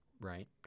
right